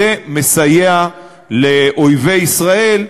זה מסייע לאויבי ישראל,